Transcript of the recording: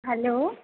hello